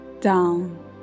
down